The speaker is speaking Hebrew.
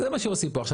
זה מה שעושים פה עכשיו.